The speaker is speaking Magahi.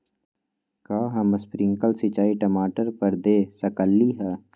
का हम स्प्रिंकल सिंचाई टमाटर पर दे सकली ह?